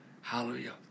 hallelujah